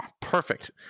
perfect